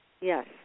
Yes